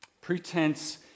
Pretense